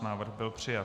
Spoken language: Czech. Návrh byl přijat.